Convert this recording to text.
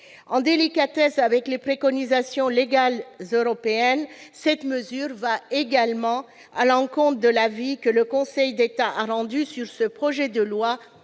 En délicatesse avec les préconisations légales européennes, cette mesure va également à l'encontre de l'avis que le Conseil d'État a rendu sur ce projet de loi